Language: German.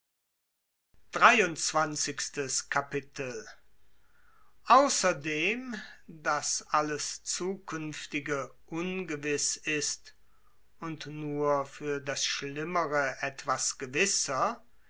außerdem daß alles zukünftige ungewiß ist und für das schlimmere gewisser